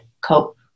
cope